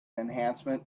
enhancement